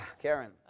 Karen